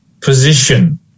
position